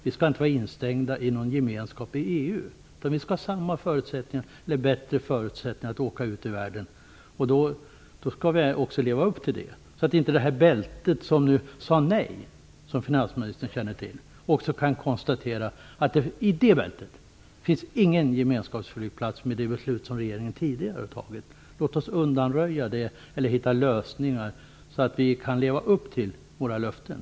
Vi skall inte vara instängda inom EU-gemenskapen. Vi skall ha oförändrade eller bättre förutsättningar att åka ut i världen. Vi skall leva upp till detta, så att man inte heller inom det bälte där man, som finansministern känner till, sade nej skall kunna konstatera att det där inte finns någon gemenskapsflygplats, såsom i det beslut som regeringen tidigare har tagit. Låt oss undanröja det och komma fram till sådana lösningar att vi kan leva upp till våra löften.